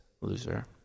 loser